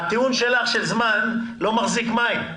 הטיעון שלך לא מחזיק מים.